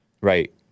Right